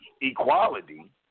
equality